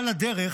על הדרך